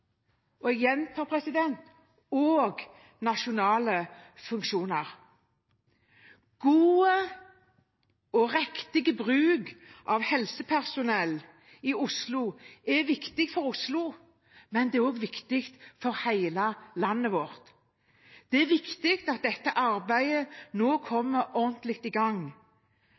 jeg gjentar og – nasjonale funksjoner. God og riktig bruk av helsepersonell i Oslo er viktig for Oslo, men det er også viktig for hele landet vårt. Det er viktig at dette arbeidet nå kommer ordentlig i gang.